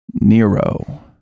Nero